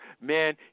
man